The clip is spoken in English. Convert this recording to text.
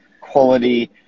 quality